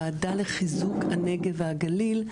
הוועדה לחיזוק הנגב והגליל,